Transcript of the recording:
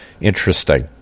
interesting